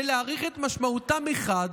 ולהעריך את משמעותם מחד,